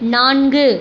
நான்கு